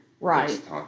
Right